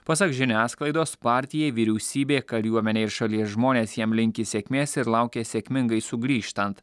pasak žiniasklaidos partijai vyriausybė kariuomenė ir šalies žmonės jam linki sėkmės ir laukia sėkmingai sugrįžtant